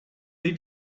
they